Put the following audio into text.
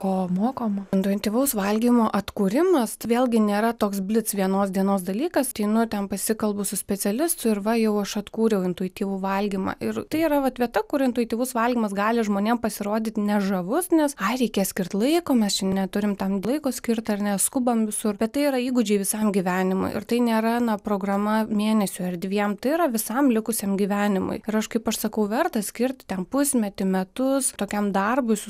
o mokom intuityvaus valgymo atkūrimas vėlgi nėra toks blits vienos dienos dalykas einu ten pasikalbu su specialistu ir va jau aš atkūriau intuityvų valgymą ir tai yra vat vieta kur intuityvus valgymas gali žmonėm pasirodyt ne žavus nes ai reikia skirt laiko mes čia neturim tam laiko skirt ar ne skubam visur bet tai yra įgūdžiai visam gyvenimui ir tai nėra na programa mėnesiui ar dviem tai yra visam likusiam gyvenimui ir aš kaip aš sakau verta skirt ten pusmetį metus tokiam darbui su